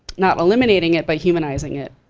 not eliminating it, but humanizing it.